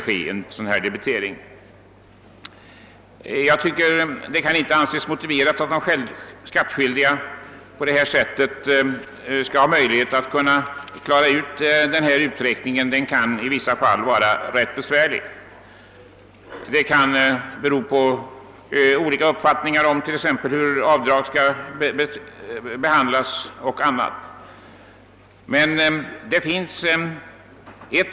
Jag tycker inte det kan anses motiverat att vidta en sådan ändring, eftersom det kan vara rätt besvärligt för de skattskyldiga att klara uträkningen och det kan finnas olika uppfattningar t.ex. om hur avdrag skall behandlas.